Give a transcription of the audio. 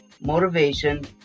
motivation